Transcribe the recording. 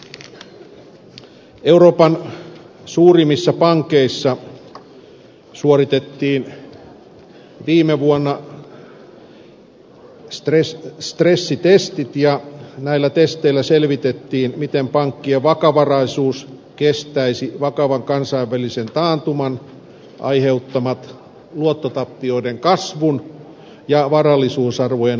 euroopan suurimmissa pankeissa suoritettiin viime vuonna stressitestit ja näillä testeillä selvitettiin miten pankkien vakavaraisuus kestäisi vakavan kansainvälisen taantuman aiheuttamat luottotappioiden kasvun ja varallisuusarvojen alentumisen